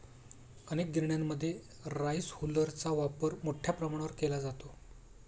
अनेक गिरण्यांमध्ये राईस हुलरचा वापर मोठ्या प्रमाणावर केला जातो